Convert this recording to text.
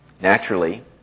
Naturally